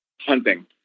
hunting